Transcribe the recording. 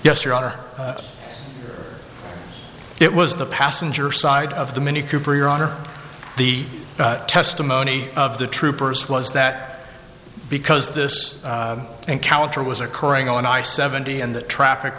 yes your honor it was the passenger side of the mini cooper your honor the testimony of the troopers was that because this encounter was occurring on i seventy and the traffic